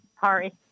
sorry